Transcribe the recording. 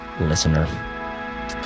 listener